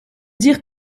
dire